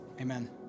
amen